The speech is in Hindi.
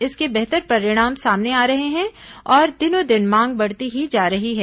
इसके बेहतर परिणाम सामने आ रहे हैं और दिनों दिन मांग बढ़ती ही जा रही है